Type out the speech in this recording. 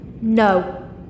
No